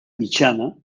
mitjana